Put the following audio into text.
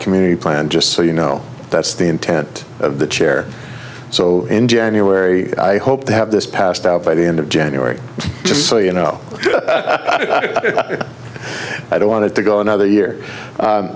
community plan just so you know that's the intent of the chair so in january i hope to have this passed out by the end of january just so you know i don't want to go another year